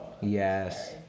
Yes